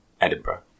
Edinburgh